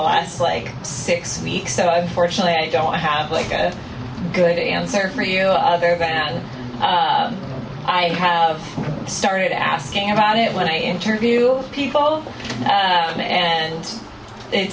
last like six weeks so unfortunately i don't have like a good answer for you other than i have started asking about it when i interview people and it